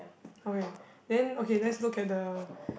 okay then okay let's look at the